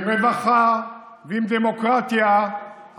עם רווחה ועם דמוקרטיה,